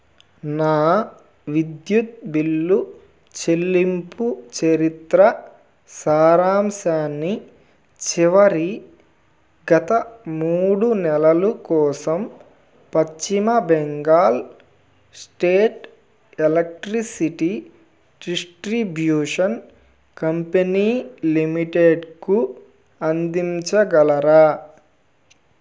నా విద్యుత్ బిల్లు చెల్లింపు చరిత్ర సారాంశాన్ని చివరి గత మూడు నెలలు కోసం పశ్చిమ Bengal state electricity distribution company లిమిటెడ్కు అందించగలరా